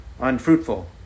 unfruitful